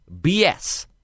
BS